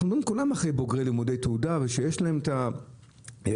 כולם אחרי בוגרי תעודה ושיש להם את ההשכלה,